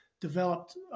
developed